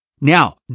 Now